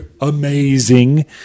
amazing